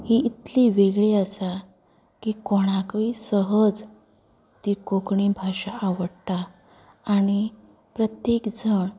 ही इतली वेगळी आसा की कोणाकय सहज ती कोंकणी भाशा आवडटा आनी प्रत्येक जण